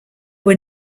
were